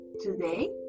Today